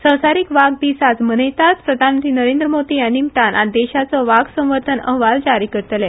संसारीक व्याघ्र दीस आज मनयतात प्रधानमंत्री नरेंद्र मोदी हे निमतान आज देशाचो व्याघ्र संवंर्धन अहवाल जारी करतले